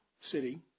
City